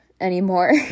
anymore